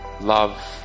love